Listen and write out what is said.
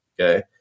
okay